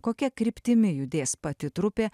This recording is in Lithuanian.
kokia kryptimi judės pati trupė